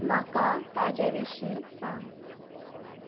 म्हाका ताजे विशीं सांग